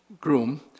groom